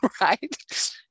right